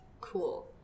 cool